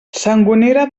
sangonera